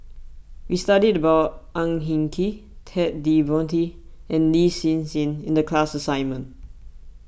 we studied about Ang Hin Kee Ted De Ponti and Lin Hsin Hsin in the class assignment